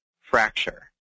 fracture